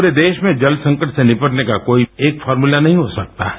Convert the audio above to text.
प्ररे देश में जल संकट से निपटने का कोई एक फार्मूला नही हो सकता है